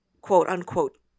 quote-unquote